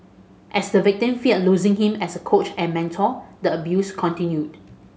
as the victim feared losing him as a coach and mentor the abuse continued